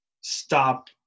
stop